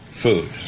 food